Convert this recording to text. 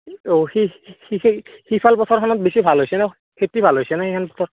অ সিফাল পথাৰখনত বেছি ভাল হৈছে ন' খেতি ভাল হৈছেনে সেইখন প